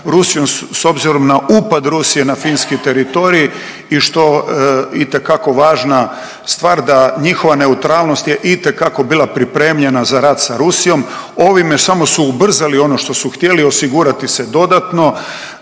Rusijom, s obzirom na upad Rusije na Finski teritorij i što itekako važna stvar da njihova neutralnost je itekako bila pripremljena za rat sa Rusijom. Ovime samo su ubrzali ono što su htjeli, osigurati se dodatno